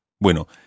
Bueno